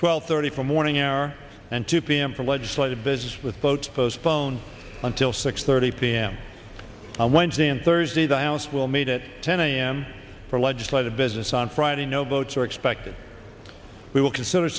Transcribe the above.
twelve thirty for morning air and two p m for legislative business with votes postponed until six thirty p m on wednesday and thursday the house will meet it ten a m for legislative business on friday no votes are expected we will consider